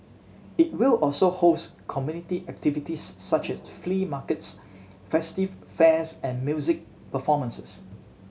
it will also host community activities such as flea markets festive fairs and music performances